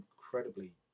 incredibly